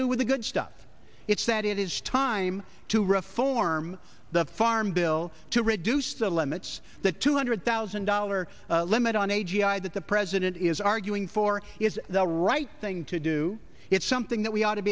do with the good stuff it's that it is time to reform the farm bill to reduce the limits the two hundred thousand dollar limit on a g i that the president is arguing for is the right thing to do it's something that we ought to